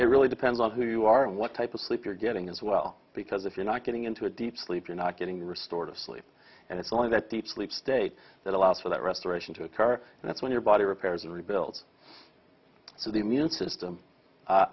it really depends on who you are and what type of sleep you're getting as well because if you're not getting into a deep sleep you're not getting the restored of sleep and it's only that deep sleep state that allows for that restoration to a car and that's when your body repairs and rebuilds so the immune system